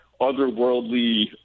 otherworldly